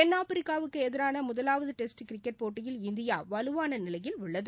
தென்னாப்பிரிக்காவுக்கு எதிரான முதலாவது டெஸ்ட் கிரிக்கெட் போட்டியில் இந்தியா வலுவான நிலையில் உள்ளது